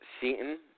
Seaton